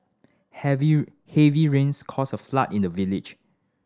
heavy heavy rains caused a flood in the village